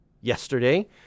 yesterday